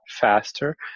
faster